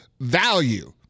value